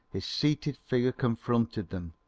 his seated figure confronted them,